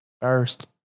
First